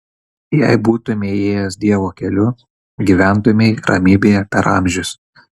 jei būtumei ėjęs dievo keliu gyventumei ramybėje per amžius